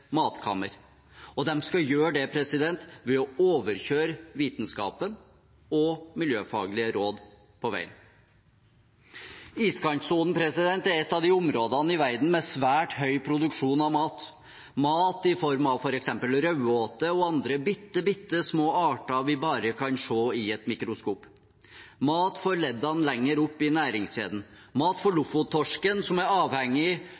matkammer, og de skal gjøre det ved å overkjøre vitenskapen og miljøfaglige råd på veien. Iskantsonen er et av områdene i verden med svært høy produksjon av mat, mat i form av f.eks. raudåte og andre bitte små arter vi bare kan se i et mikroskop, mat for leddene lenger opp i næringskjeden, mat for lofottorsken, som den er avhengig